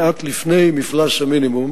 מתרוקנת הבריכה ומגיעה למפלס המינימום